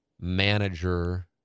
manager